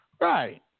right